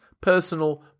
personal